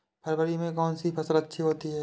फरवरी में कौन सी फ़सल अच्छी होती है?